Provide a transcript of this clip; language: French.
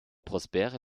prospère